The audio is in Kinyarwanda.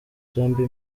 zombi